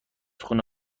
خونه